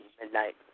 midnight